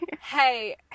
Hey